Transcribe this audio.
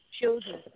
children